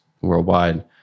worldwide